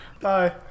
Bye